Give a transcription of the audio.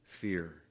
Fear